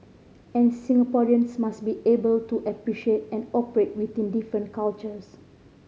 and Singaporeans must be able to appreciate and operate within different cultures